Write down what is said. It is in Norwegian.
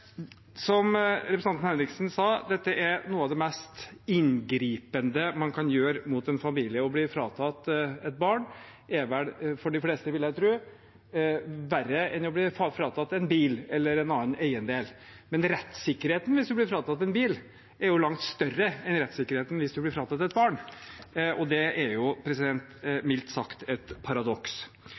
Som representanten Henriksen sa, er det å bli fratatt et barn noe av det mest inngripende man kan gjøre mot en familie. Det er for de fleste, vil jeg tro, verre enn å bli fratatt en bil eller en annen eiendel. Men rettssikkerheten hvis man blir fratatt en bil, er langt større enn rettssikkerheten hvis man blir fratatt et barn. Det er jo mildt sagt et paradoks.